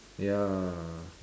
ya